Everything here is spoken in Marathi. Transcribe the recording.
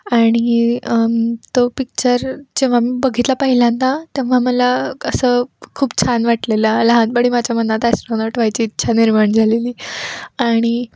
आणि तो पिक्चर जेव्हा मी बघितला पहिल्यांदा तेव्हा मला असं खूप छान वाटलेलं लहानपणी माझ्या मनात ॲस्ट्रॉनॉट व्हायची इच्छा निर्माण झालेली आणि